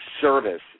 service